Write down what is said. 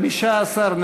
15,